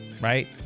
Right